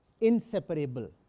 inseparable